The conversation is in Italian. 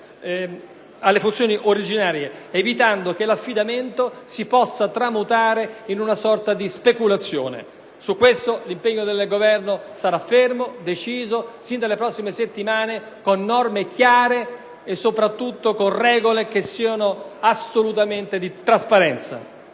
loro funzioni originarie, evitando che l'affidamento si possa tramutare in una sorta di speculazione. Su questo punto l'impegno del Governo sarà fermo e deciso sin dalle prossime settimane, con norme chiare e soprattutto con regole di assoluta trasparenza.